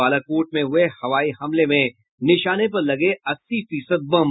बालाकोट में हुए हवाई हमले में निशाने पर लगे अस्सी फीसद बम